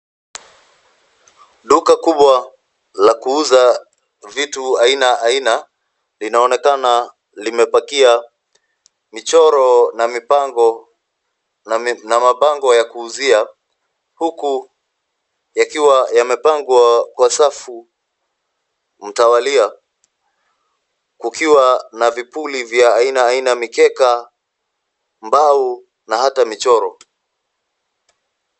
Duka kubwa la kuuza vitu aina aina linaonekana limepakia michoro na mipango na mabango ya kuuzia, huku yakiwa yamepangwa kwa safu mtawalia, kukiwa na vipuli vya aina aina, mikeka, mbao na hata michoro.